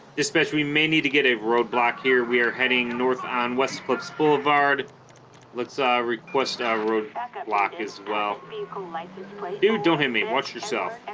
especially we may need to get a roadblock here we are heading north on west clips boulevard let's ah request our road block block as well ah like like dude don't hit me watch yourself